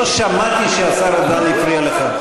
לא שמעתי שהשר ארדן הפריע לך,